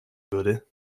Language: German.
würde